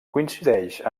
coincideix